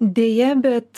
deja bet